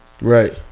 right